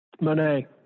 Monet